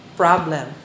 problem